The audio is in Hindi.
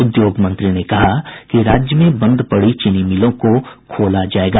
उद्योग मंत्री ने कहा कि राज्य में बंद पड़ी चीनी मिलों को खोला जायेगा